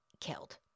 killed